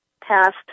past